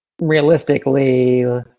realistically